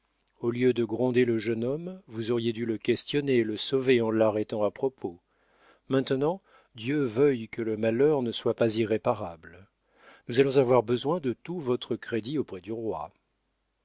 au lieu de gronder le jeune homme vous auriez dû le questionner et le sauver en l'arrêtant à propos maintenant dieu veuille que le malheur ne soit pas irréparable nous allons avoir besoin de tout votre crédit auprès du roi